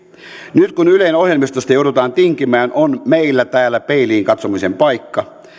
nyt kun ylen ohjelmistosta joudutaan tinkimään on meillä täällä peiliin katsomisen paikka